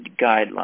guidelines